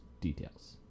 details